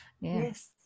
yes